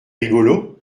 rigolo